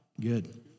Good